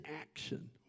action